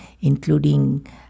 including